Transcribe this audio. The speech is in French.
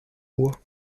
moi